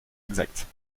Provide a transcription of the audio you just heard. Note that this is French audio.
exacte